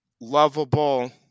lovable